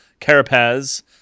Carapaz